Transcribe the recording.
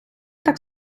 так